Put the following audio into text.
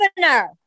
governor